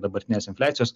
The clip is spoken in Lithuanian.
dabartinės infliacijos